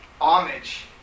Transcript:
homage